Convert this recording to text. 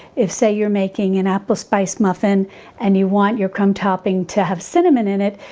if say you're making an apple spice muffin and you want your crumb topping to have cinnamon in it,